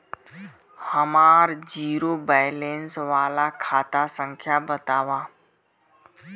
हमार zero balance वाला खाता संख्या वतावा?